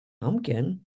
pumpkin